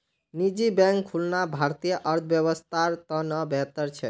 निजी बैंक खुलना भारतीय अर्थव्यवस्थार त न बेहतर छेक